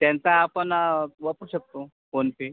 त्यांचा आपण वापरू शकतो फोन पे